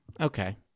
Okay